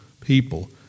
people